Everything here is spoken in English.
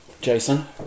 Jason